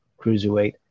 cruiserweight